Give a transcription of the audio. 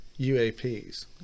UAPs